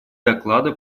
доклада